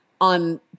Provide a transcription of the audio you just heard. on